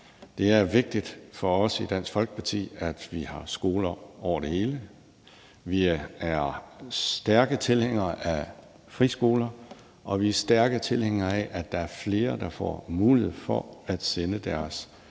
Det er vigtigt for os i Dansk Folkeparti, at vi har skoler over det hele. Vi er stærke tilhængere af friskoler, og vi er stærke tilhængere af, at der er flere, der får mulighed for at sende deres